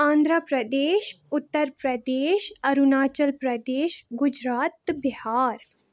آندرا پردیش اُترپردیش اروٗناچَل پردیش گُجرات تہٕ بِہار